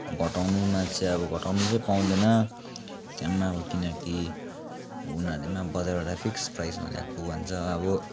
घटाउनुमा चाहिँ अब घटाउनु चाहिँ पाउँदैन त्यहाँ पनि अब किनकि उनीहरूले पनि अब बजारबाट फिक्स्ड प्राइसमा ल्याएको भन्छ अब